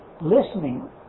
Listening